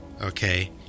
okay